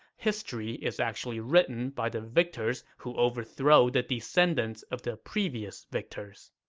history is actually written by the victors who overthrow the descendants of the previous victors.